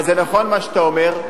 אבל זה נכון מה שאתה אומר.